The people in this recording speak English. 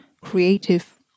creative